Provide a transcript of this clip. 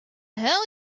hell